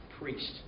priest